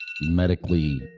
medically